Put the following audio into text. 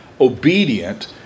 obedient